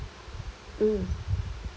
mm